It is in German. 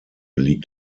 liegt